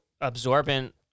absorbent